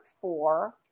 four